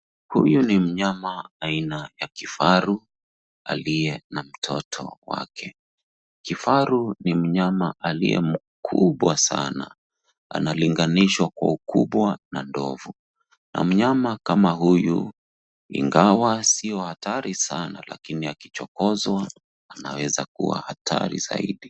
Huyu ni mnyama aina ya kifaru aliye na mtoto wake. Kifaru ni mnyama aliye mkubwa sana , analinganishwa kwa ukubwa na ndovu. Mnyama kama huyu ingawa sio hatari sana lakini akichokozwa anaweza kuwa hatari zaidi.